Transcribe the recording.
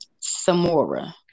Samora